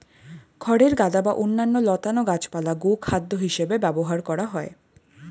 খড়ের গাদা বা অন্যান্য লতানো গাছপালা গোখাদ্য হিসেবে ব্যবহার করা হয়